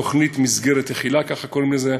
תוכנית "מסגרת תחילה" ככה קוראים לזה,